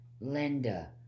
Linda